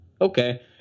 okay